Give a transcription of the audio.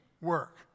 work